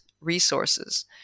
resources